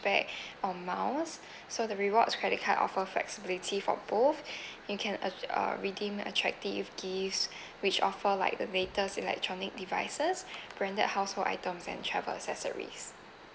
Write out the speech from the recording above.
back or miles so the rewards credit card offer flexibility for both you can ad~ uh redeem attractive gifts which offer like the latest electronic devices branded household items and travel accessories